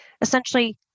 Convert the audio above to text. essentially